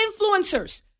influencers